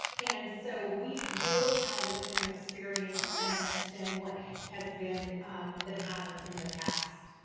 and so we will have a different experience than than what has been the pattern in the past.